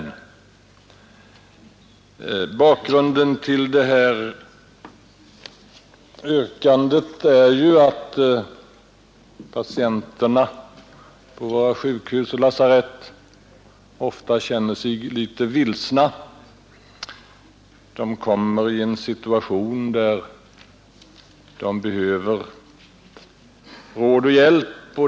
Bakgrunden till detta yrkande är att patienterna på våra sjukhus och lasarett ofta känner sig litet vilsna. De hamnar i en situation där de behöver råd och hjälp.